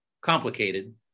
complicated